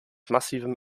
massivem